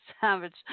Savage